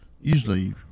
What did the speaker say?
usually